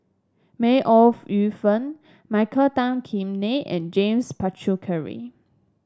May Ooi Yu Fen Michael Tan Kim Nei and James Puthucheary